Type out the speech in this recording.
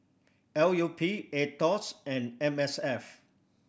L U P Aetos and M S F